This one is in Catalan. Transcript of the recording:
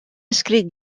escrit